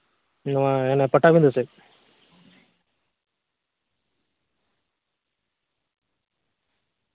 ᱱᱚᱣᱟ ᱦᱟᱱᱟ ᱯᱟᱴᱟ ᱵᱤᱸᱫᱷᱟᱹ ᱥᱮᱫ